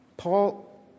Paul